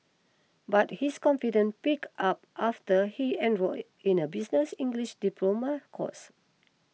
but his confidence picked up after he enrolled in a business English diploma course